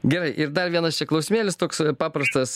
gerai ir dar vienas čia klausimėlis toks paprastas